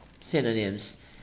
synonyms